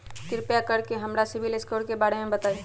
कृपा कर के हमरा सिबिल स्कोर के बारे में बताई?